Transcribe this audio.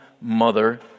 mother